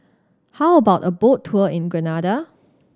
how about a boat tour in Grenada